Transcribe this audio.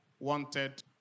wanted